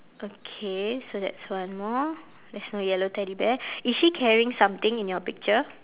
okay so that's one more there's no yellow teddy bear is she carrying something in your picture